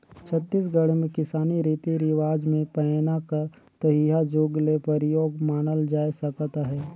छत्तीसगढ़ मे किसानी रीति रिवाज मे पैना कर तइहा जुग ले परियोग मानल जाए सकत अहे